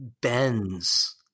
bends